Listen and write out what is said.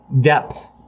depth